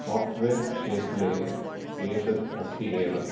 software क्षेत्रे एतद् अस्ति एव